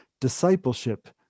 discipleship